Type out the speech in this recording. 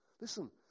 Listen